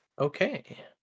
Okay